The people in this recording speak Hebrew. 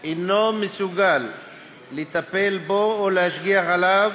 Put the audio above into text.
אינו מסוגל לטפל בו או להשגיח עליו